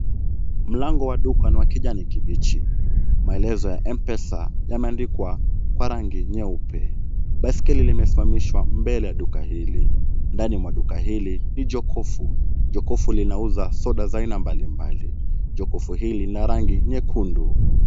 Mlango wa duka ni wa kijani kibichi. Maelezo ya M-pesa yameandikwa kwa rangi nyeupe. Baiskeli limesimamishwa mbele ya duka hili. Ndani ya duka hili ni jokofu. Jokofu linauza soda za aina mbalimbali. Jokofu hili lina rangi nyekundu.